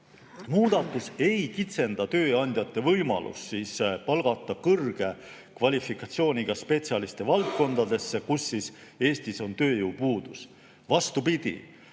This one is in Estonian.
muudatus ei kitsenda tööandjate võimalust palgata kõrge kvalifikatsiooniga spetsialiste valdkondades, kus Eestis on tööjõupuudus. Vastupidi!